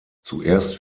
zuerst